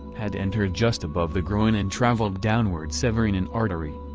had entered just above the groin and traveled downward severing an artery.